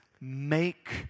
make